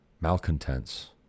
malcontents